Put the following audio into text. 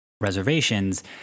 reservations